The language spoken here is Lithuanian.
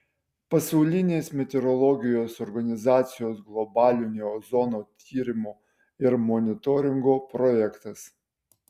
pasaulinės meteorologijos organizacijos globalinio ozono tyrimo ir monitoringo projektas